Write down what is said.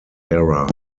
era